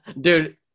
Dude